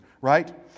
right